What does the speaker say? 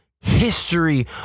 history